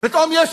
פתאום יש